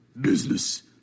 business